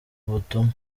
ubutumwa